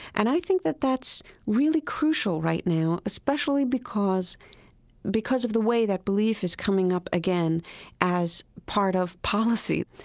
and i think that that's really crucial right now, especially because because of the way that belief is coming up again as part of policy.